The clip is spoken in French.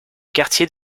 quartier